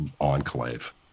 enclave